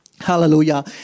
hallelujah